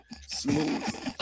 Smooth